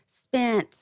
spent